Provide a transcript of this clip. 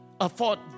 afford